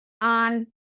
on